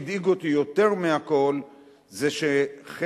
ומה שהדאיג אותי יותר מהכול זה שחלק